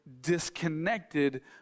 disconnected